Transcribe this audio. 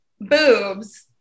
boobs